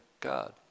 God